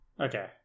Okay